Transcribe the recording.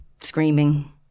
screaming